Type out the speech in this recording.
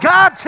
God